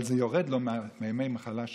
אבל זה יורד מימי המחלה שלו,